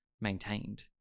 maintained